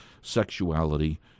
sexuality